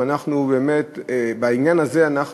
אם אנחנו באמת רוצים,